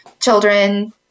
children